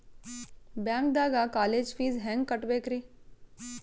ಬ್ಯಾಂಕ್ದಾಗ college fees ಹೆಂಗ್ ಕಟ್ಟ್ಬೇಕ್ರಿ?